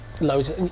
loads